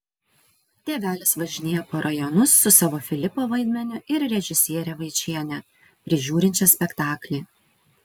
tėvelis važinėja po rajonus su savo filipo vaidmeniu ir režisiere vaičiene prižiūrinčia spektaklį